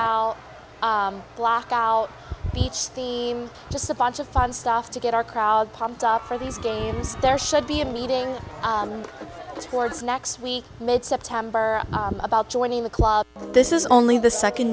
rather block out each t just a bunch of fun stuff to get our crowd pumped up for these games there should be a meeting towards next week mid september about joining the club this is only the second